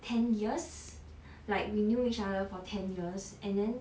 ten years like we knew each other for ten years and then